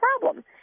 problem